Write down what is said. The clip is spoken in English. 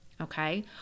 Okay